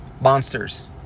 monsters